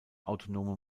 autonome